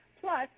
Plus